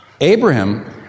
Abraham